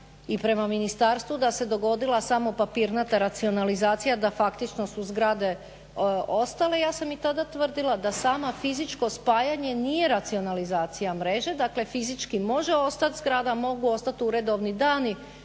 i prema ministarstvu da se dogodila samo papirnata racionalizacija, da faktično su zgrade ostale ja sam i tada tvrdila da samo fizičko spajanje nije racionalizacija mreže, dakle fizički može ostati zgrada, mogu ostati uredovni dani